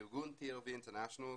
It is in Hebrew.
ארגון TLV Internationals